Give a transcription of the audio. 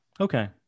Okay